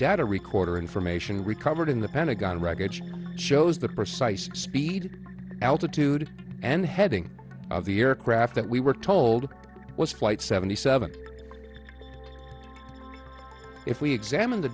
data recorder information recovered in the pentagon wreckage shows the precise speed altitude and heading of the aircraft that we were told was flight seventy seven if we examine the